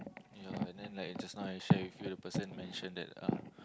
ya and then like just now I share with you the person mention that uh